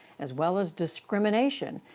as well as discrimination,